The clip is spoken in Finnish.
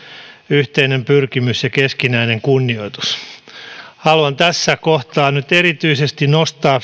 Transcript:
yhteinen pyrkimys ja keskinäinen kunnioitus haluan tässä kohtaa nyt erityisesti nostaa